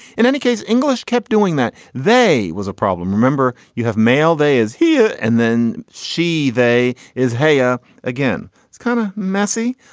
in any case english kept doing that they was a problem remember. you have mail they is here and then she they is haya again. it's kind of messy.